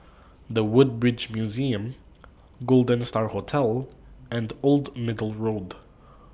The Woodbridge Museum Golden STAR Hotel and Old Middle Road